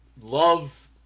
love